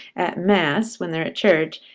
at mass when they're at church.